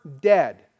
dead